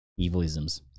evilisms